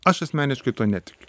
aš asmeniškai tuo netikiu